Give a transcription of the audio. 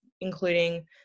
including